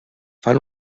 fan